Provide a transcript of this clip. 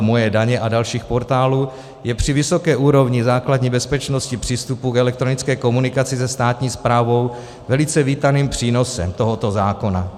Moje daně a dalších portálů je při vysoké úrovni základní bezpečnosti přístupu k elektronické komunikaci se státní správou velice vítaným přínosem tohoto zákona.